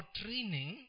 training